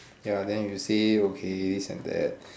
ya then you say okay this and that